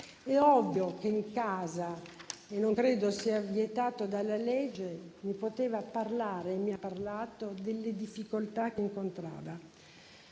È ovvio che in casa - e non credo sia vietato dalla legge - mi poteva parlare e mi ha parlato delle difficoltà che incontrava.